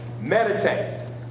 Meditate